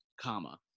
comma